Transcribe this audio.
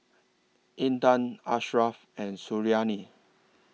Intan Ashraf and Suriani